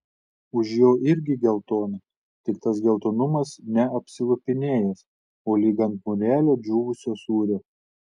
už jo irgi geltona tik tas geltonumas ne apsilupinėjęs o lyg ant mūrelio džiūvusio sūrio